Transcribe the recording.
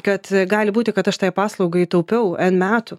kad gali būti kad aš tai paslaugai taupiau n metų